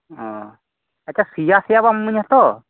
ᱚ ᱟᱪᱷᱟ ᱥᱮᱭᱟ ᱥᱮᱭᱟ ᱵᱟᱢ ᱤᱢᱟᱹᱧᱟ ᱛᱚ